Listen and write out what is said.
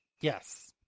Yes